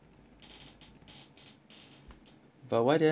but why did I not receive the email